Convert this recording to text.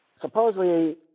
Supposedly